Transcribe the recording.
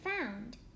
found